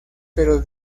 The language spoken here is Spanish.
pero